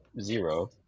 zero